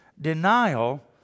denial